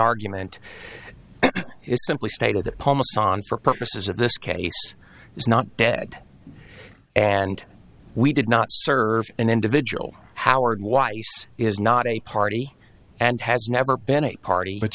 argument is simply stated that for purposes of this case is not dead and we did not serve an individual howard weiss is not a party and has never been a party but